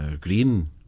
green